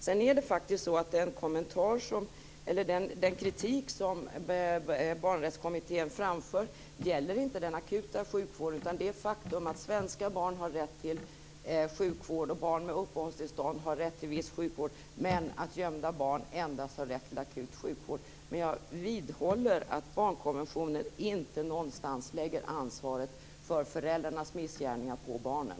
Den kritik som Barnrättskommittén framför gäller inte den akuta sjukvården utan det faktum att svenska barn har rätt till sjukvård och barn med uppehållstillstånd har rätt till viss sjukvård men att gömda barn endast har rätt till akut sjukvård. Jag vidhåller att barnkonventionen inte någonstans lägger ansvaret för föräldrarnas missgärningar på barnen.